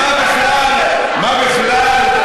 מה אתה עושה, אז מה בכלל,